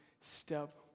step